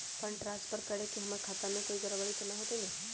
Fund transfer करे से हमर खाता में कोई गड़बड़ी त न होई न?